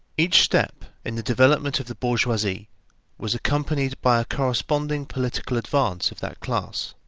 each step in the development of the bourgeoisie was accompanied by a corresponding political advance of that class.